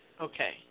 Okay